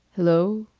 hello.